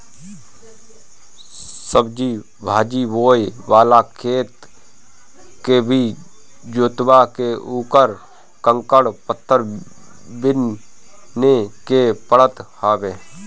सब्जी भाजी बोए वाला खेत के भी जोतवा के उकर कंकड़ पत्थर बिने के पड़त हवे